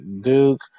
Duke